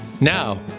Now